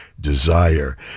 Desire